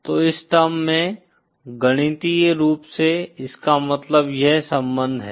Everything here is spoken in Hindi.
तो इस टर्म में गणितीय रूप से इसका मतलब यह सम्बन्ध है